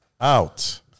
out